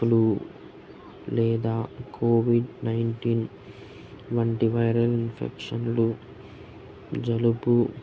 flu లేదా covid nineteen వంటి viral ఇన్ఫెక్షన్లు జలుబు